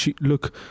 look